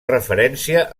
referència